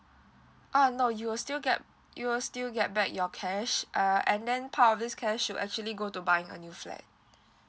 uh no you will still get you will still get back your cash uh and then part of this cash will actually go to buying a new flat